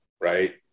right